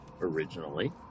originally